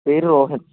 പേര് റോഹൻ